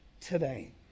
today